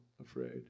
afraid